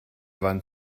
wand